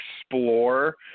explore